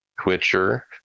Twitcher